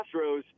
Astros